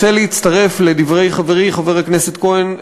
רוצה להצטרף לדברי חברי חבר הכנסת כהן,